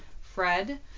Fred